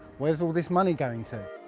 where's all this money going to?